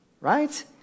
right